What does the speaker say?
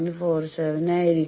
47 ആയിരിക്കും